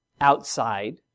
outside